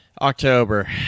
October